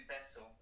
vessel